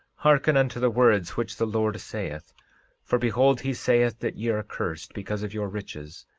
hearken unto the words which the lord saith for behold, he saith that ye are cursed because of your riches,